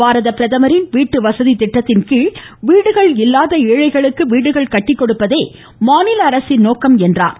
பாரத பிரதமரின் வீட்டு வசதி திட்டத்தின்கீழ் வீடுகள் இல்லாத ஏழைகளுக்கு வீடுகள் கட்டிக்கொடுப்பதே மாநில அரசின் நோக்கம் என்றார்